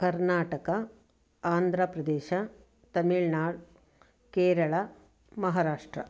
Karnataka Andhra Pradesh Tamil Nadu Kerala Maharashtra